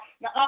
Now